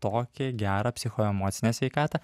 tokią gerą psichoemocinę sveikatą